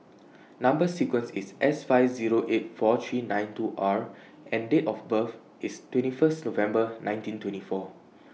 Number sequence IS S five Zero eight four three nine two R and Date of birth IS twenty First November nineteen twenty four